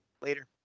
Later